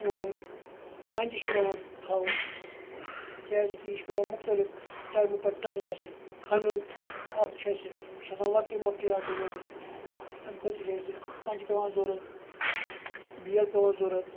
اور پَنٛجہِ چھِ پیٚوان تھاوُن کیازکہِ یہِ چھُ پیٚوان مُختَلِف ٹایمہٕ پَتہ ٹایمہٕ اَسہِ کھَنُن اَتھ چھُ اَسہِ یہِ چھُ آسان لَکٹوٚے موٚکٹوٚے اکھ بَنومُت امہِ خٲطرٕ چھُ اَسہِ پَنٛجہِ پیٚوان ضرورَت بیل پیٚوان ضرورَت